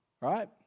Right